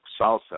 salsa